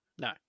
No